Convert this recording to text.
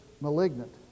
malignant